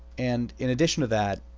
and in addition of that,